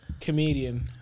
comedian